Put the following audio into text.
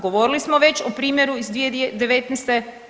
Govorili smo već o primjeru iz 2019.